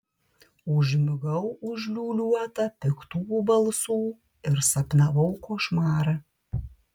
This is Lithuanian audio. užmigau užliūliuota piktų balsų ir sapnavau košmarą